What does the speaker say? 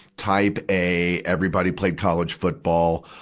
type a, everybody played college football,